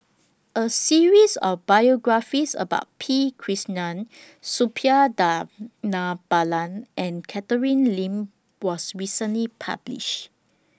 A series of biographies about P Krishnan Suppiah Dhanabalan and Catherine Lim was recently published